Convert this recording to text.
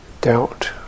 doubt